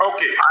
Okay